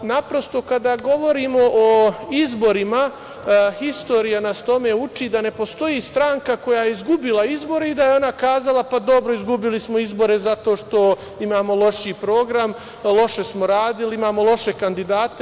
Naprosto kada govorimo o izborima istorija nas tome uči da ne postoji stranka koja je izgubila izbore i da je ona rekla – pa, dobro izgubili smo izbore zato što imamo lošiji program, loše smo radili, imamo loše kandidate.